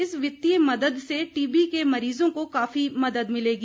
इस वित्तीय मदद से टीबी के मरीजों को काफी मदद मिलेगी